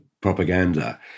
propaganda